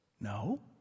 No